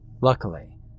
Luckily